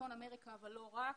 בצפון אמריקה אבל לא רק,